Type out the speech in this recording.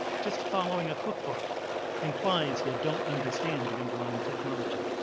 just following a cookbook implies you don't understand the underlying technology.